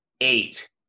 eight